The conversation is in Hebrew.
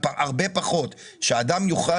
והפרק הנוסף דיבר על הגדלת הסבסוד